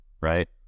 right